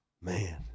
Man